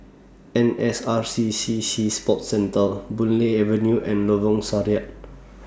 N S R C C Sea Sports Centre Boon Lay Avenue and Lorong